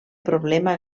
problema